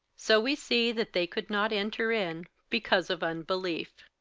so we see that they could not enter in because of unbelief.